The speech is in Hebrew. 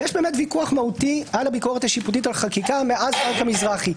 יש ויכוח מהותי על ביקורת שיפוטית על החקיקה מאז בנק המזרחי.